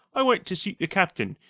i went to seek the captain,